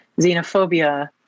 xenophobia